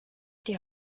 die